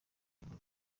ebola